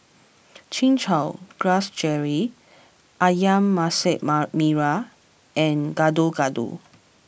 Chin Chow Grass Jelly Ayam Masak Merah and Gado Gado